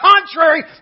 contrary